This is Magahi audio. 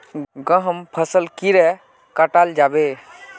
गहुम फसल कीड़े कटाल जाबे?